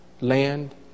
land